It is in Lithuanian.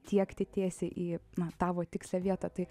tiekti tiesiai į na tavo tikslią vietą tai